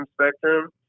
spectrum